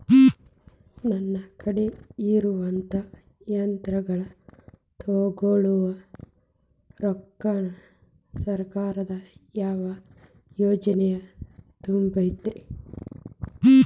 ನನ್ ಕಡೆ ಇರುವಂಥಾ ಯಂತ್ರಗಳ ತೊಗೊಳು ರೊಕ್ಕಾನ್ ಸರ್ಕಾರದ ಯಾವ ಯೋಜನೆ ತುಂಬತೈತಿ?